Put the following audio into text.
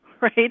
right